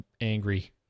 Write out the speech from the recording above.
angry